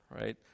Right